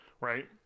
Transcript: Right